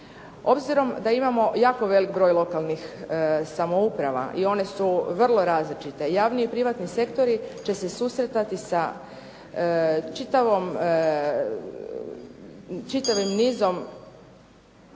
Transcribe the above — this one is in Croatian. Obzirom da imamo jako veliki broj lokalnih samouprava i one su vrlo različite, javni i privatni sektori će se susretati sa čitavim nizom